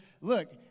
look